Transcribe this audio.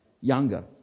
younger